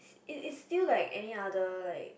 it it is still like any other like